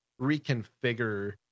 reconfigure